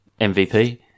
MVP